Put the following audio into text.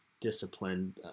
discipline